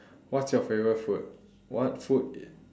what's your favorite food what food